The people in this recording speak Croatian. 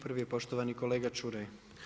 Prvo je poštovani kolega Čuraj.